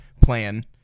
plan